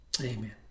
Amen